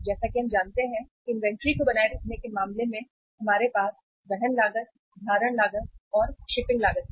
जैसा कि हम जानते हैं कि इन्वेंट्री को बनाए रखने के मामले में हमारे पास वहन लागत धारण लागत शिपिंग लागत है